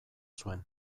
zuen